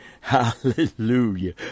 Hallelujah